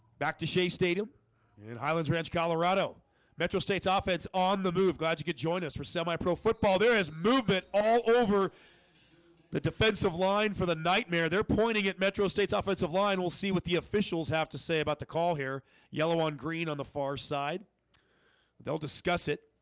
back to shea stadium in highlands ranch, colorado metro state's ah offense on the move glad you could join us for semi-pro football there has movement all over the defensive line for the nightmare. they're pointing at metro state's offensive line we'll see what the officials have to say about the call here yellow on green on the far side they'll discuss it